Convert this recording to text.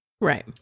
Right